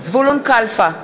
זבולון כלפה,